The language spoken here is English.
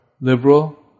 liberal